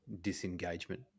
disengagement